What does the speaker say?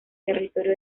territorio